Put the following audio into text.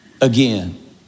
again